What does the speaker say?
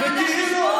לא אולי.